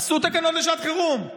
עשו תקנות לשעת חירום.